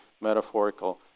metaphorical